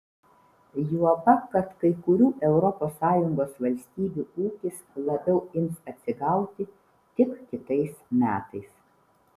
juoba kad kai kurių europos sąjungos valstybių ūkis labiau ims atsigauti tik kitais metais